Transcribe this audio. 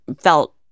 felt